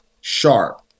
sharp